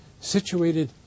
situated